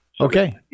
Okay